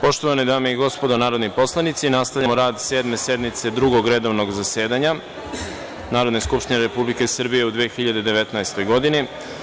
Poštovane dame i gospodo narodni poslanici, otvaram Sedmu sednicu Drugog redovnog zasedanja Narodne skupštine Republike Srbije u 2019. godini.